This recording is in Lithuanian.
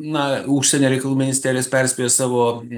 na užsienio reikalų ministerijos perspėjo savo